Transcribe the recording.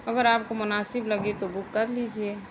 اگر آپ کو مناسب لگے تو بک کر لیجیے